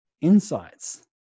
insights